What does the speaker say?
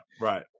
right